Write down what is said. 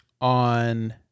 on